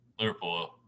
Liverpool